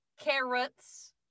carrots